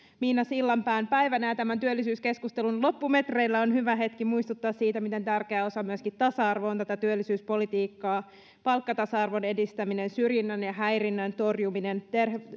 miina sillanpään päivänä tämän työllisyyskeskustelun loppumetreillä on hyvä hetki muistuttaa siitä miten tärkeä osa myöskin tasa arvo on tätä työllisyyspolitiikkaa palkkatasa arvon edistäminen syrjinnän ja häirinnän torjuminen